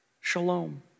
Shalom